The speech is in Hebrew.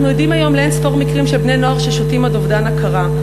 אנחנו עדים היום לאין-ספור מקרים של בני-נוער ששותים עד אובדן הכרה.